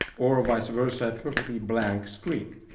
or vice versa, a perfectly blank screen.